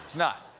not.